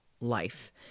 life